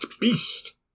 beast